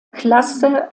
klasse